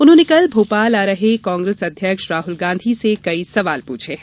उन्होनें कल भोपाल आ रहे कांग्रेस अध्यक्ष राहुल गांधी से कई सवाल प्रछे हैं